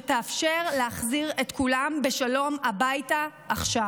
שתאפשר להחזיר את כולם בשלום הביתה עכשיו.